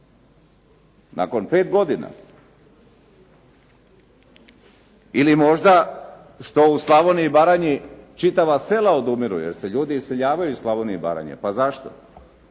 Nakon 5 godina. Ili možda što u Slavoniji i Baranji čitava sela odumiru, jer se ljudi iseljavaju iz Slavonije i Baranje. Pa zašto?